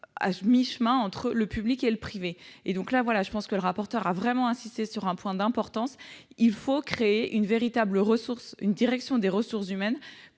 à mi-chemin entre le public et le privé. Aussi, le rapporteur a vraiment insisté sur un point d'importance : il faut créer une véritable direction des ressources humaines